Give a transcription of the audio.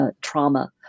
trauma